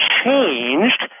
changed